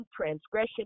transgression